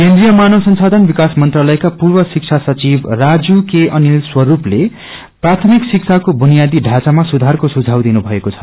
केन्द्रिय मानव संसाथन विकास मंत्रालयमा पूर्व शिक्षा सचिव राजु के अनिल स्वरूपले प्राथमिक शिक्षाक्रो बुनियादी ढ़ाँचामा सुधारको सुझाउ दिनुभएको छ